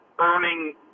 earning